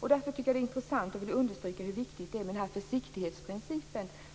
Därför tycker jag att det är intressant, och jag vill understryka hur viktigt det är, med den försiktighetsprincip